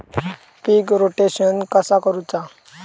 पीक rotation कसा करूचा?